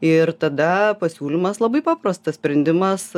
ir tada pasiūlymas labai paprastas sprendimas